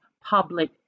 public